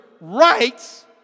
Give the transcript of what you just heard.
rights